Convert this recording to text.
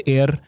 Air